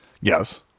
Yes